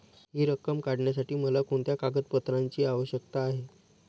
हि रक्कम काढण्यासाठी मला कोणत्या कागदपत्रांची आवश्यकता आहे?